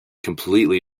completely